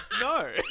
no